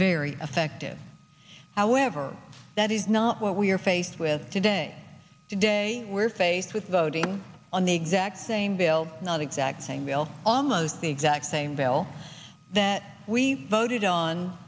very effective however that is not what we are faced with today today we're faced with voting on the exact same bill not exact same bill almost the exact same bill that we voted on